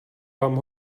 vám